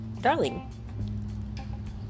Darling